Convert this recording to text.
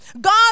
God